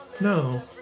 No